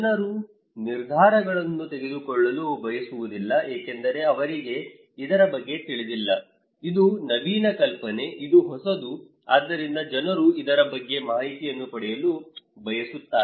ಜನರು ನಿರ್ಧಾರಗಳನ್ನು ತೆಗೆದುಕೊಳ್ಳಲು ಬಯಸುವುದಿಲ್ಲ ಏಕೆಂದರೆ ಅವರಿಗೆ ಇದರ ಬಗ್ಗೆ ತಿಳಿದಿಲ್ಲ ಇದು ನವೀನ ಕಲ್ಪನೆ ಇದು ಹೊಸದು ಆದ್ದರಿಂದ ಜನರು ಇದರ ಬಗ್ಗೆ ಮಾಹಿತಿಯನ್ನು ಪಡೆಯಲು ಬಯಸುತ್ತಾರೆ